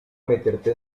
meterte